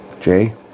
Jay